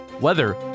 weather